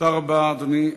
תודה רבה, אדוני.